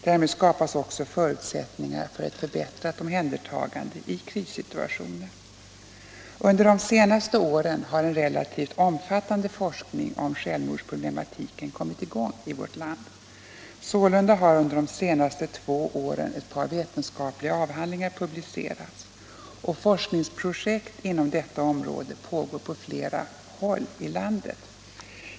Därmed skapas också förutsättningar för ett förbättrat omhändertagande i krissituationer. Under de senaste åren har en relativt omfattande forskning om självmordsproblematiken kommit i gång i vårt land. Sålunda har under de senaste två åren ett par vetenskapliga avhandlingar publicerats, och forskningsprojekt inom detta område pågår på flera håll i landet.